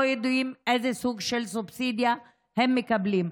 יודעים איזה סוג של סובסידיה הם מקבלים.